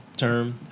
term